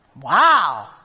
Wow